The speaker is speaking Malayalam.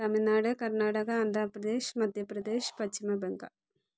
തമിഴ്നാട് കർണ്ണാടക ആന്ധ്രാപ്രദേശ് മധ്യപ്രദേശ് പശ്ചിമ ബംഗാൾ